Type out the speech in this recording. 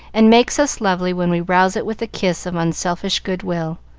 and makes us lovely when we rouse it with a kiss of unselfish good-will,